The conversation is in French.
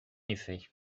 effet